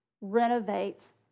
renovates